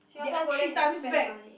Singapore go there to spend money